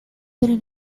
pero